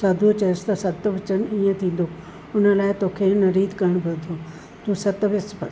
साधू चयईंसि त सति वचनु ईअं थींदो हुन लाइ तोखे हिन रीत करणी पवंदियूं तूं सत विस्पति